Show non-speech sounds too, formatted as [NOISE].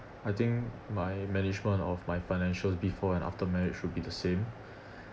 I think my management of my financial before and after marriage should be the same [BREATH]